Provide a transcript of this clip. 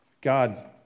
God